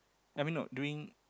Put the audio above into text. I mean no during